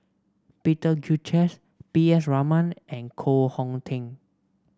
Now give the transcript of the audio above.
Peter Gilchrist P S Raman and Koh Hong Teng